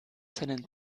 seinen